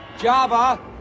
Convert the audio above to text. Java